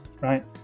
right